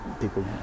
people